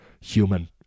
human